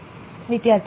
વિદ્યાર્થી